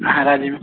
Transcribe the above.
हँ राजीव